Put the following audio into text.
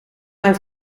mijn